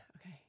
okay